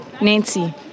Nancy